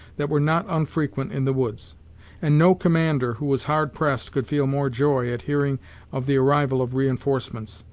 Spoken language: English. that were not unfrequent in the woods and no commander who was hard pressed could feel more joy at hearing of the arrival of reinforcements,